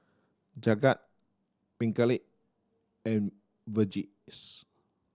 Jagat Pingali and Verghese